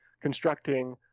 constructing